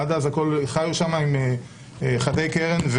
עד אז חיו שם חדי קרן,